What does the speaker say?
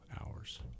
hours